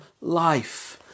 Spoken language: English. life